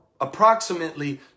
Approximately